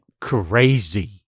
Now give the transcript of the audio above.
crazy